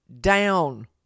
down